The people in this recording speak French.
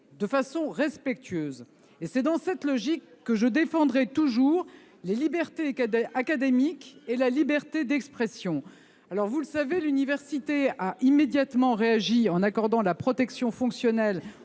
de façon respectueuse. C’est dans cette logique que je défendrai toujours les libertés académiques et la liberté d’expression. Vous le savez, l’université a immédiatement réagi en accordant la protection fonctionnelle